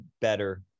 better